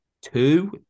two